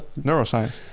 neuroscience